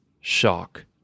shock